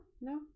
no